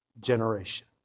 Generation